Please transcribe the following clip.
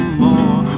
more